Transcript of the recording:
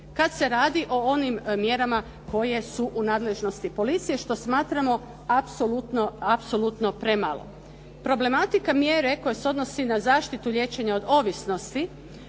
kad se radi o onim mjerama koje su u nadležnosti policije, što smatramo apsolutno premalo. Problematika mjere koja se odnosi na zaštitu liječenja od ovisnosti